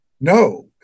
no